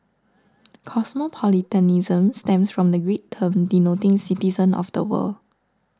cosmopolitanism stems from the Greek term denoting citizen of the world